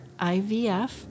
IVF